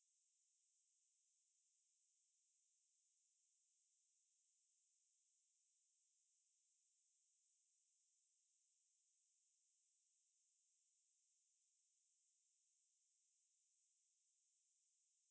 striding